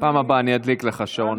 בפעם הבאה אני אדליק לך שעון.